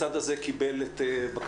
הצד הזה קיבל את בקשתך,